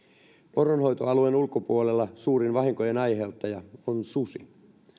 poronhoitoalueen ulkopuolella suurin vahinkojen aiheuttaja on susi